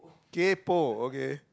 kaypo okay